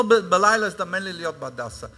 בלילה הזדמן לי להיות ב"הדסה".